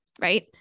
right